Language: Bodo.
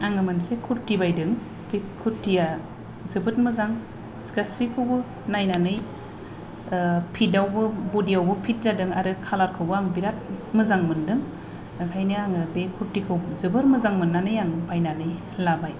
आङो मोनसे कुरटि बायदों बे कुरटिया जोबोद मोजां गासैखौबो नायनानै फिट आवबो बदि यावबो फिट जादों आरो कालार खौबो बिराद मोजां मोनदों ओंखायनो आं बे कुरटिखौ जोबोद मोजां मोननानै आं बायनानै लाबाय